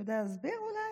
אתה יודע להסביר, אולי?